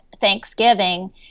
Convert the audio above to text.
Thanksgiving